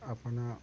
अपना